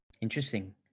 interesting